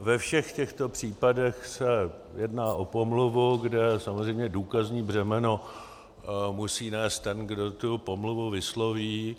Ve všech těchto případech se jedná o pomluvu, kde samozřejmě důkazní břemeno musí nést ten, kdo tu pomluvu vysloví.